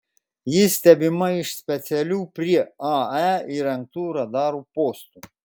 ji stebima iš specialių prie ae įrengtų radarų postų